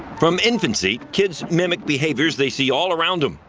from infancy, kids mimic behaviors. they see all around him.